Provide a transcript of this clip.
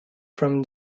from